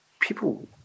people